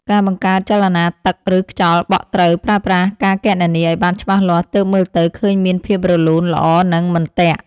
ការបង្កើតចលនាទឹក ឬខ្យល់បក់ត្រូវប្រើប្រាស់ការគណនាឱ្យបានច្បាស់លាស់ ទើបមើលទៅឃើញមានភាពរលូនល្អនិងមិនទាក់។